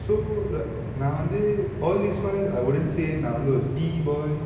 so lah நா வந்து:na vanthu all this while I wouldn't say நா வந்து ஒரு:na vanthu oru tea boy